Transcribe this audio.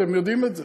אתם יודעים את זה.